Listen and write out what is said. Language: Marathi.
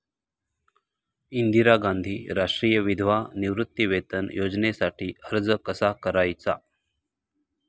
इंदिरा गांधी राष्ट्रीय विधवा निवृत्तीवेतन योजनेसाठी अर्ज कसा करायचा?